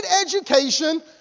education